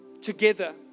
together